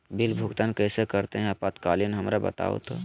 Bill भुगतान कैसे करते हैं आपातकालीन हमरा बताओ तो?